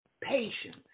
Patience